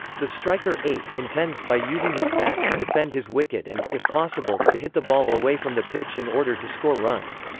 the striker intends, by using his bat, to defend his wicket and, if possible, to hit the ball away from the pitch in order to score runs.